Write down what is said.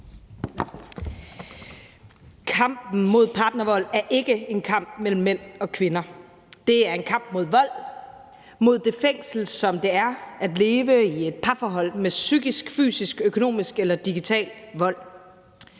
Kampen mod partnervold er ikke en kamp mellem mænd og kvinder; det er en kamp mod vold, mod det fængsel, som det er at leve i et parforhold med psykisk, fysisk, økonomisk eller digital vold.